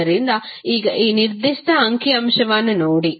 ಆದ್ದರಿಂದ ಈಗ ಈ ನಿರ್ದಿಷ್ಟ ಅಂಕಿ ಅಂಶವನ್ನು ನೋಡಿ